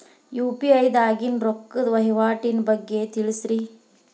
UPI ದಾಗಿನ ರೊಕ್ಕದ ವಹಿವಾಟಿನ ಬಗ್ಗೆ ತಿಳಸ್ರಿ